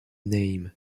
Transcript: name